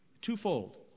twofold